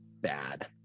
bad